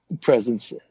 presence